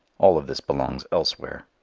all of this belongs elsewhere.